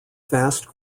fast